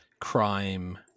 crime